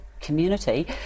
community